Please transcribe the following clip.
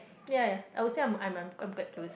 ya I would say I'm I'm